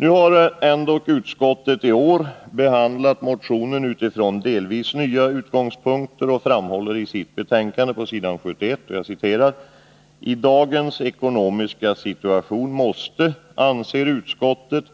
Nu har utskottet i år ändock behandlat motionen utifrån delvis nya utgångspunkter och framhåller i sitt betänkande på s. 71: ”I dagens ekonomiska situation måste, anser utskottet,